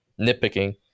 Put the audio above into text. nitpicking